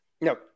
No